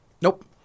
Nope